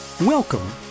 Welcome